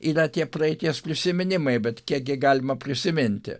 yra tie praeities prisiminimai bet kiekgi galima prisiminti